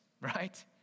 right